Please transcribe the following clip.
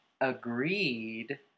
agreed